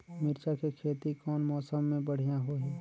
मिरचा के खेती कौन मौसम मे बढ़िया होही?